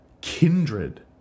Kindred